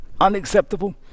unacceptable